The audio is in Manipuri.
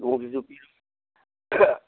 ꯂꯣꯡꯁꯤꯁꯨ ꯄꯤꯔꯣ